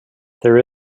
there